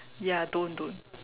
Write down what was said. ya don't don't